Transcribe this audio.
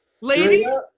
Ladies